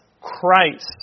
Christ